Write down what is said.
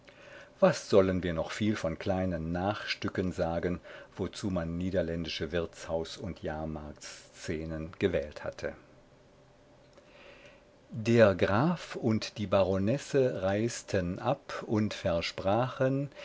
was sollen wir noch viel von kleinen nachstücken sagen wozu man niederländische wirtshaus und jahrmarktsszenen gewählt hatte der graf und die baronesse reisten ab und versprachen